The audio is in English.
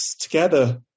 together